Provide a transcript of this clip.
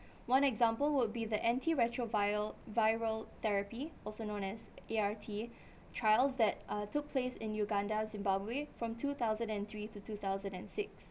one example would be the anti-retrovial~ viral therapy also known as A_R_T trials that uh took place in uganda zimbabwe from two thousand and three to two thousand and six